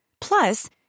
Plus